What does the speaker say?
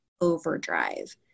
overdrive